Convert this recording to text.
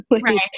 right